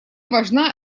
важна